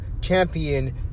champion